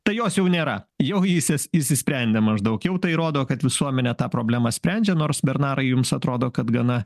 tai jos jau nėra jau isis įsisprendėm maždaug jau tai rodo kad visuomenė tą problemą sprendžia nors bernarai jums atrodo kad gana